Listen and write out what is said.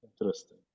interesting